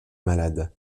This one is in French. malade